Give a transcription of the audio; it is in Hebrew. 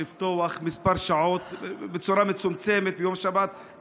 לפתוח כמה שעות בצורה מצומצמת ביום שבת,